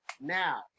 now